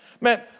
Man